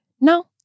no